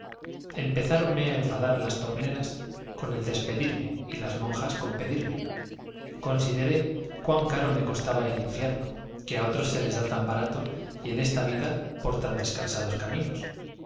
empezáronme a enfadar las torneras con despedirme y las monjas con pedirme consideré cuán caro me costaba el infierno que a otros se da tan barato y en esta vida por tan descansados caminos